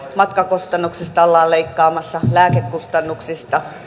matkakustannuksista ollaan leikkaamassa lääkekustannuksista